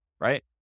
right